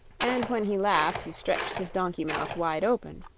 and when he laughed he stretched his donkey mouth wide open.